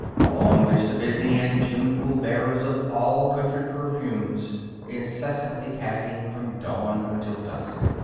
along which the busy and tuneful bearers of all country perfumes were incessantly passing from dawn until dusk.